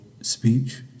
speech